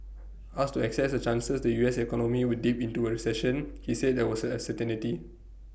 asked to assess the chances the U S economy would dip into A recession he said that was A certainty